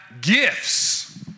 gifts